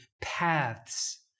paths